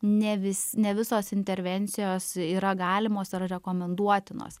ne vis ne visos intervencijos yra galimos ar rekomenduotinos